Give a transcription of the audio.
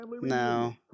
No